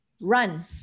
run